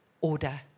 Order